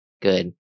Good